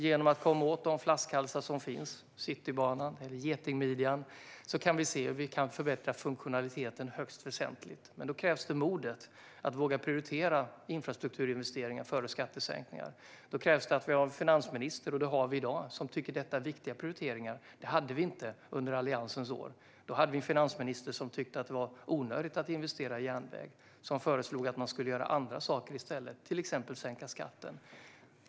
Genom att komma åt de flaskhalsar som finns - Citybanan och Getingmidjan - kan vi förbättra funktionaliteten högst väsentligt. Då krävs det mod att våga prioritera infrastrukturinvesteringar före skattesänkningar. Då krävs det att vi har en finansminister - och det har vi i dag - som tycker att detta är viktiga prioriteringar. Det hade vi inte under Alliansens år. Då hade vi en finansminister som tyckte att det var onödigt att investera i järnväg, som föreslog att man skulle göra andra saker i stället, till exempel att sänka skatten.